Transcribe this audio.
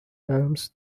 worms